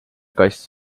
kass